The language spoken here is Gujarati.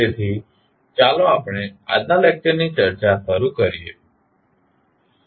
તેથી ચાલો આપણે આજનાં લેક્ચરની ચર્ચા શરૂ કરીએ